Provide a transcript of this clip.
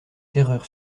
terreur